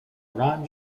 ron